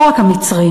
לא רק המצרים,